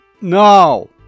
No